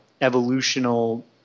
evolutional